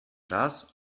raz